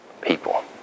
People